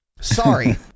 Sorry